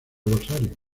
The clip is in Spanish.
rosario